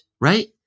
Right